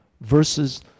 versus